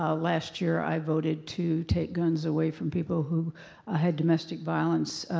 ah last year i voted to take guns away from people who ah had domestic violence